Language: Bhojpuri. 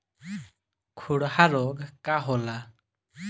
खुरहा रोग का होला?